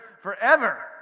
forever